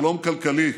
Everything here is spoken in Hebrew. שלום כלכלי,